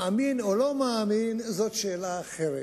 מאמין או לא מאמין, זאת שאלה אחרת.